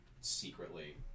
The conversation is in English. secretly